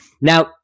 Now